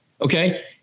Okay